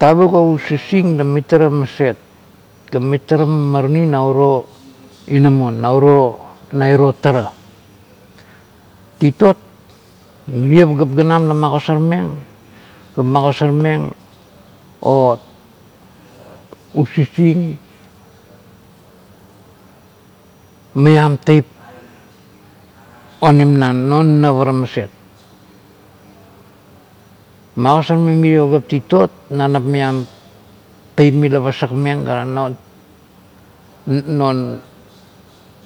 Tavuk o usising la mitara maset ga mitara mamarani na uro inamon na uro na iro tara titot mirio pagap ganam la magosarmeng ga magosarmeng o usising maiam tiep onim na non nap ara maset. Magosarmeng mirio pagap titot na nap maiang teip mila pasak meng ga non- non